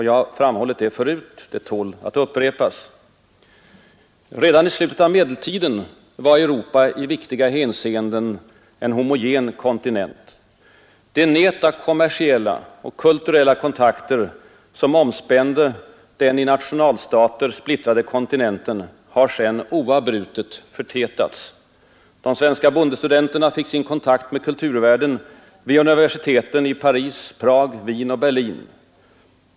Jag har framhållit detta förut — det tål att upprepas. Redan i slutet av medeltiden var Europa i viktiga hänseenden en homogen kontinent. Det nät av kommersiella och kulturella kontakter som omspände den i nationalstater splittrade kontinenten har sedan oavbrutet förtätats. De svenska bondestudenterna fick sin kontakt med kulturvärlden vid universiteten — i Paris, Prag, Wien och Berlin.